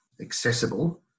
accessible